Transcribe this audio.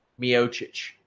Miocic